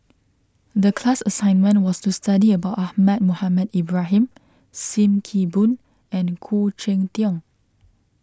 the class assignment was to study about Ahmad Mohamed Ibrahim Sim Kee Boon and Khoo Cheng Tiong